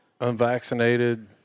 Unvaccinated